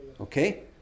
Okay